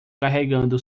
carregando